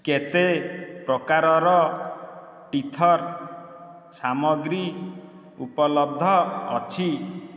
କେତେ ପ୍ରକାରର ଟିଥର୍ ସାମଗ୍ରୀ ଉପଲବ୍ଧ ଅଛି